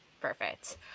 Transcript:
Perfect